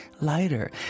lighter